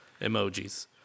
Emojis